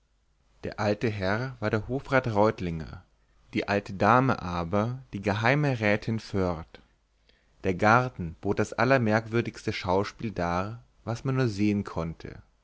der alte herr war der hofrat reutlinger die alte dame aber die geheime rätin foerd der garten bot das allermerkwürdigste schauspiel dar was man nur sehen konnte